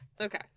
Okay